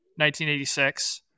1986